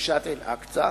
חורשת אל-אקצא,